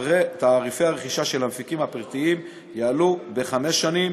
תעריפי הרכישה של המפיקים הפרטיים יעלו בחמש שנים